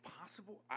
possible